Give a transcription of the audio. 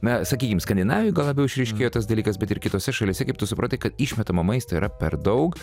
na sakykim skandinavijoje labiau išryškėjo tas dalykas bet ir kitose šalyse kaip tu supratai kad išmetamo maisto yra per daug